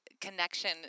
connection